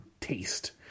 taste